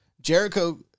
jericho